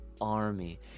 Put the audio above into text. army